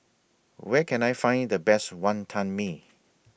Where Can I Find The Best Wantan Mee